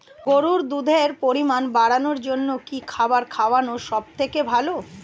গরুর দুধের পরিমাণ বাড়ানোর জন্য কি খাবার খাওয়ানো সবথেকে ভালো?